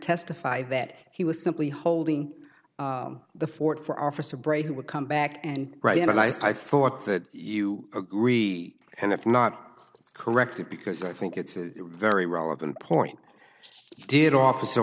testified that he was simply holding the fort for officer bray who would come back and right and i thought that you agree and if not correct it because i think it's very relevant point did officer